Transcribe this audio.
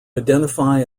identify